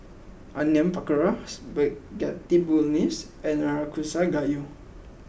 Onion Pakora Spaghetti Bolognese and Nanakusa Gayu